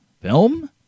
film